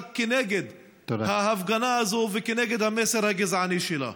נגד ההפגנה הזאת ונגד המסר הגזעני שלה.